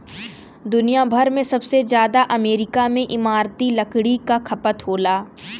दुनिया भर में सबसे जादा अमेरिका में इमारती लकड़ी क खपत होला